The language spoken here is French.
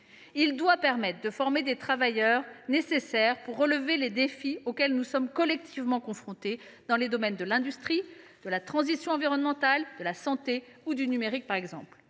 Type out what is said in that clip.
Il doit permettre de former les travailleurs nécessaires pour relever les défis auxquels nous sommes collectivement confrontés dans les domaines de l’industrie, de la transition environnementale, de la santé ou du numérique par exemple.